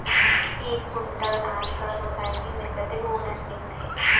एक कुंटल धान कर सोसायटी मे कतेक बोनस मिलथे?